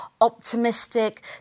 optimistic